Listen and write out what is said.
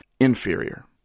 inferior